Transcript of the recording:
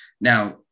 Now